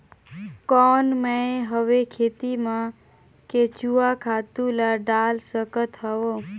कौन मैं हवे खेती मा केचुआ खातु ला डाल सकत हवो?